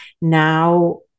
now